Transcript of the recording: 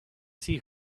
see